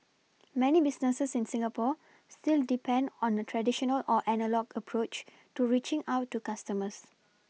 many businesses in Singapore still depend on a traditional or analogue approach to reaching out to customers